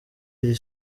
iri